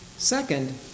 Second